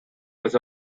was